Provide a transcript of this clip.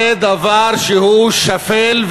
זה דבר שהוא שפל,